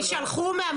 זה צולם ביום